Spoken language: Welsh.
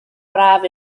braf